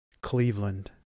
Cleveland